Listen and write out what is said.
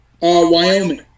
Wyoming